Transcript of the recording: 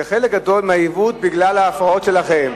וחלק גדול מהעיוות הוא בגלל ההפרעות שלכם.